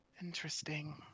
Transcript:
Interesting